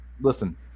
listen